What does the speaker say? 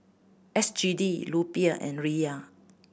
S G D Rupiah and Riyal